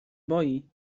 boi